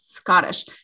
Scottish